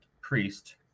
priest